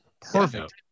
perfect